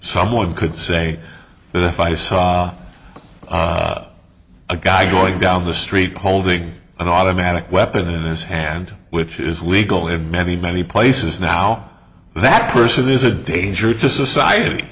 someone could say this if i saw a guy going down the street holding an automatic weapon in his hand which is legal in many many places now that person is a danger to society